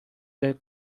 that